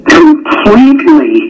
completely